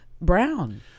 brown